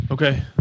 Okay